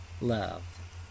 love